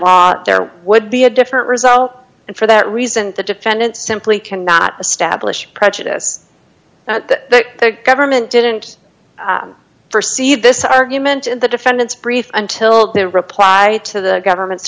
law there would be a different result and for that reason the defendant simply cannot establish prejudice that the government didn't proceed this argument in the defendant's brief until their reply to the government's